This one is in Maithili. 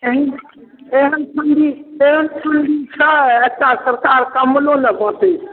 एहन एहन ठण्डी एहन ठण्डी छै एकटा सरकार कम्बलो नहि बँटै छै